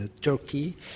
Turkey